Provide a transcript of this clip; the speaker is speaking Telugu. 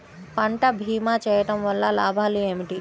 పంట భీమా చేయుటవల్ల లాభాలు ఏమిటి?